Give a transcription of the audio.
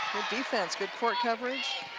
defense, good court coverage i